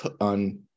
on